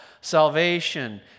salvation